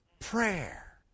Prayer